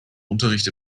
unterricht